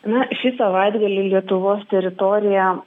na šį savaitgalį lietuvos teritoriją